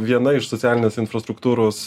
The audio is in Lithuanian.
viena iš socialinės infrastruktūros